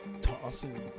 tossing